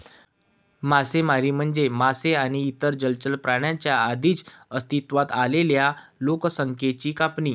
मासेमारी म्हणजे मासे आणि इतर जलचर प्राण्यांच्या आधीच अस्तित्वात असलेल्या लोकसंख्येची कापणी